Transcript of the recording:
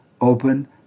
open